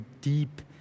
deep